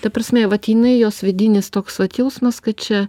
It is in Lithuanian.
ta prasme vat jinai jos vidinis toks vat jausmas kad čia